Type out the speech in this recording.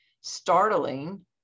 startling